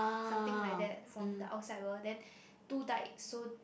something like that from the outside world then two died so